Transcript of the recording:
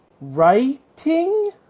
Writing